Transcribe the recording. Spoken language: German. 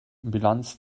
bilanz